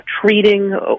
treating